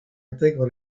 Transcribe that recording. intègre